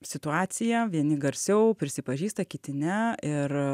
situacija vieni garsiau prisipažįsta kiti ne ir